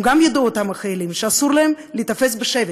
הם גם ידעו, אותם החיילים, שאסור להם להיתפס בשבי.